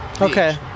Okay